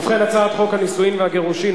הצעת חוק הנישואין והגירושין,